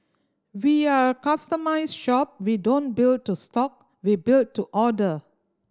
we are a customised shop we don't build to stock we build to order